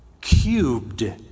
cubed